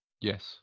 Yes